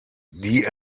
die